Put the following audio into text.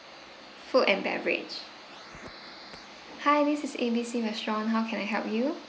food and beverage hi this is A B C restaurant how can I help you